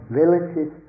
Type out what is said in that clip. villages